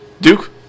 Duke